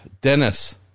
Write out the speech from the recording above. Dennis